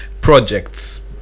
projects